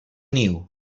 niu